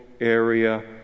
area